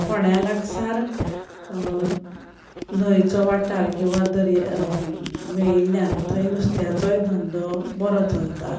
फोंड्या लागसार न्हंयचो वाठार किंवां दर्या मेळिल्ल्यान थंय नुस्त्याचोय धंदो बोरो चलता